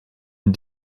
une